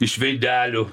iš veidelių